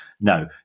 No